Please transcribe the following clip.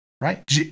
right